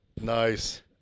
Nice